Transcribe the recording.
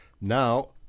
Now